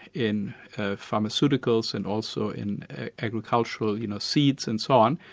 in pharmaceuticals and also in agricultural, you know seeds and so on,